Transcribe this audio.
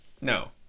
No